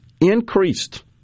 increased